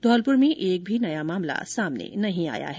धौलपुर में एक भी मामला सामने नहीं आया है